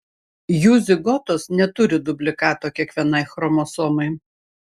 jų zigotos neturi dublikato kiekvienai chromosomai